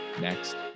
next